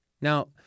Now